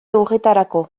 horretarako